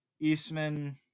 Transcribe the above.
Eastman